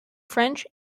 french